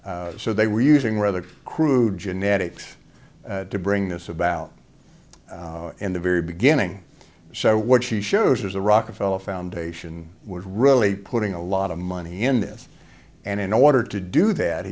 so they were using rather crude genetics to bring this about in the very beginning so what she shows is the rockefeller foundation was really putting a lot of money in this and in order to do that